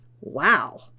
Wow